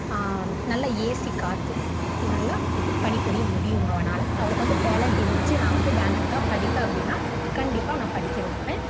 நல்லா ஏசி காற்று நல்லா பணிபுரிய முடியும் அவனால் அவளுக்கு வந்து டேலண்ட் இருந்துச்சு நான் வந்து பேங்குக்கு தான் படிப்பேன் அப்படின்னா கண்டிப்பாக நான் படிக்க வைப்பேன்